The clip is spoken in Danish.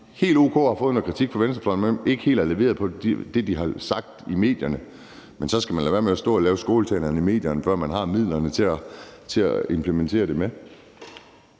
– også har fået noget kritik fra venstrefløjen, for de har ikke helt leveret på det, de har sagt i medierne. Men så skal man lade være med at stå og lave skåltalerne i medierne, før man har midlerne til at implementere det med.